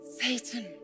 Satan